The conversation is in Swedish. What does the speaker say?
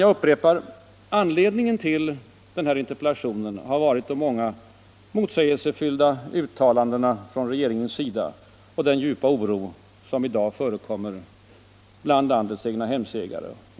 Jag upprepar: anledningen till den här interpellationen har varit de många motsägelsefyllda uttalandena från regeringens sida och den djupa oro som i dag förekommer bland landets egnahemsägare.